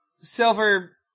Silver